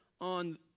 on